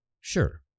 Sure